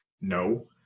no